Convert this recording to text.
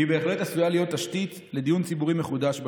והיא בהחלט עשויה להיות תשתית לדיון ציבורי מחודש בנושא.